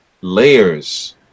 layers